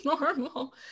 normal